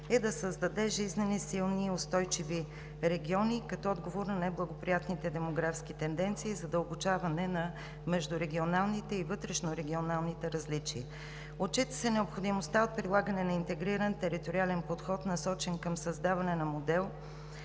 е да създаде жизнени, силни и устойчиви региони като отговор на неблагоприятните демографски тенденции и задълбочаване на междурегионалните и вътрешнорегионалните различия. Отчита се необходимостта от прилагане на интегриран териториален подход, насочен към създаване на модел